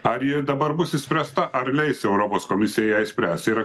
ar ji dabar bus išspręsta ar leis europos komisija ją išspręst yra